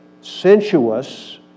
sensuous